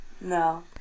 No